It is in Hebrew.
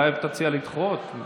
אולי היא תציע לדחות?